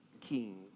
king